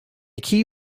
key